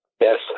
Yes